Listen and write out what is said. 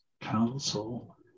Council